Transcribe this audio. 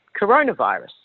coronavirus